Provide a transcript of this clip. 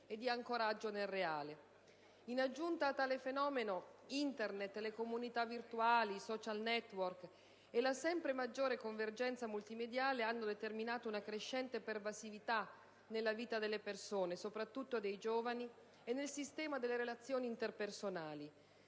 e di ancoraggio nel reale. In aggiunta a tale fenomeno, Internet, le comunità virtuali, i *social network*, e la sempre maggiore convergenza multimediale, hanno determinato una crescente pervasività nella vita delle persone, soprattutto dei giovani, e nel sistema delle relazioni interpersonali.